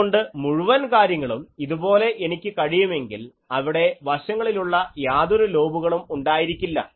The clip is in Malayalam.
അതുകൊണ്ട് മുഴുവൻ കാര്യങ്ങളും ഇതുപോലെ എനിക്ക് ചെയ്യാൻ കഴിയുമെങ്കിൽ അവിടെ വശങ്ങളിലുള്ള യാതൊരു ലോബുകളും ഉണ്ടായിരിക്കില്ല